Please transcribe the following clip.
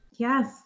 Yes